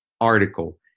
article